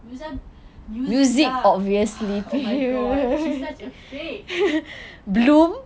musa music lah oh my god she's such a fake